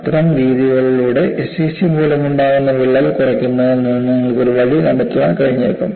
അത്തരം രീതികളിലൂടെ എസ്സിസി മൂലമുണ്ടാകുന്ന വിള്ളൽ കുറയ്ക്കുന്നതിൽ നിന്ന് നിങ്ങൾക്ക് ഒരു വഴി കണ്ടെത്താൻ കഴിഞ്ഞേക്കും